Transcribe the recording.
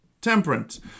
temperance